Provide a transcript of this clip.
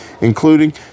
including